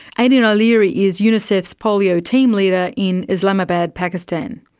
aidan o'leary is unicef's polio team leader in islamabad, pakistan.